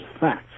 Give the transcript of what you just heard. facts